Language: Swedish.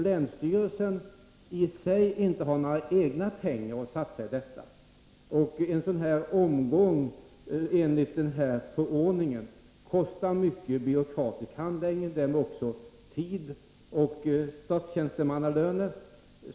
Länsstyrelserna har ju inte några egna pengar att satsa, och en omgång enligt förordningen kostar mycket i form av byråkratisk handläggning och därmed också i form av tid och statstjänstemannalöner.